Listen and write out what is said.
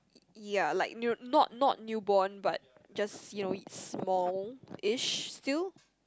ya like new not not new born but just you know smallish still